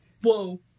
Whoa